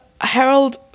Harold